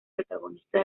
protagonista